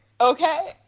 okay